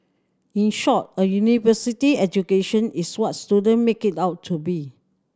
in short a university education is what student make it out to be